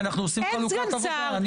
אין סגן שר,